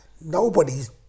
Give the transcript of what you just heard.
nobody's